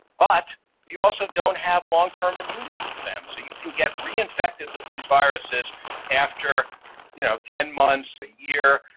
but you also don't have long-term immunity to them, so you can get reinfected with these viruses after you know ten months, a year.